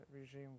regime